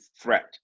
threat